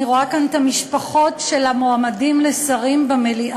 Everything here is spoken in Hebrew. אני רואה כאן את המשפחות של המועמדים לשרים במליאה,